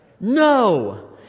No